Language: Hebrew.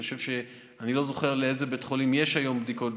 אני לא זוכר לאיזה בית חולים יש היום בדיקות,